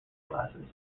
classes